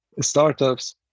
startups